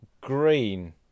green